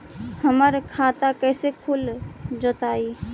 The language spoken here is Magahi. हमर खाता कैसे खुल जोताई?